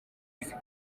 izi